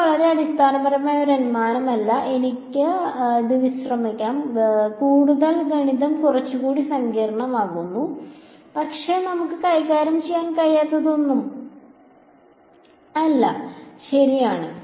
ഇത് വളരെ അടിസ്ഥാനപരമായ ഒരു അനുമാനമല്ല എനിക്ക് ഇത് വിശ്രമിക്കാം ഗണിതം കുറച്ചുകൂടി സങ്കീർണ്ണമാകുന്നു പക്ഷേ നമുക്ക് കൈകാര്യം ചെയ്യാൻ കഴിയാത്തതൊന്നും ശരിയല്ല